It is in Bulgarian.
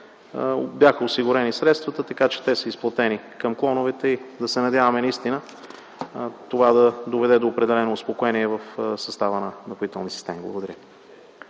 Бяха осигурени средствата, така че те са изплатени към клоновете и да се надяваме, че наистина това ще доведе до определено успокоение в състава на „Напоителни системи”. Благодаря.